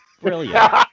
Brilliant